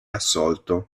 assolto